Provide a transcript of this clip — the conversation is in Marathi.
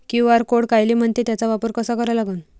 क्यू.आर कोड कायले म्हनते, त्याचा वापर कसा करा लागन?